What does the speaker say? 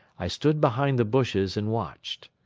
i stood behind the bushes and watched.